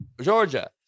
Georgia